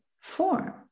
form